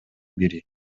бири